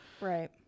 Right